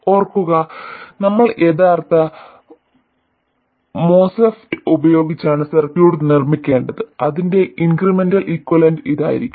ഓർക്കുക നമ്മൾ യഥാർത്ഥ MOSFET ഉപയോഗിച്ചാണ് സർക്യൂട്ട് നിർമ്മിക്കേണ്ടത് അതിന്റെ ഇൻക്രിമെന്റൽ ഇക്വലന്റ് ഇതായിരിക്കും